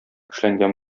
эшләнгән